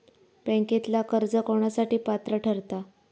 बँकेतला कर्ज कोणासाठी पात्र ठरता?